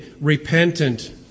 repentant